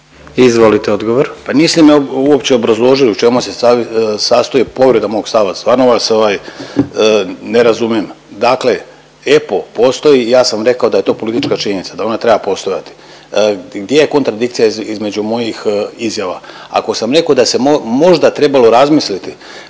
Ivan** Pa niste mi uopće obrazložili u čemu se sastoji povreda mog stava, stvarno vas ne razumem. Dakle, EPPO postoji i ja sam rekao da je to politička činjenica da ono treba postojati. Gdje je kontradikcija između mojih izjava? Ako sam rekao da se možda trebalo razmisliti,